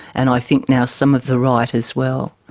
and i think now some of the right as well.